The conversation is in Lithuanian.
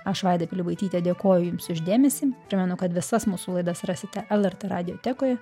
aš vaida pilibaitytė dėkoju jums už dėmesį primenu kad visas mūsų laidas rasite lrt radiotekoje